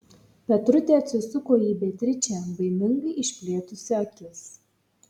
petrutė atsisuko į beatričę baimingai išplėtusi akis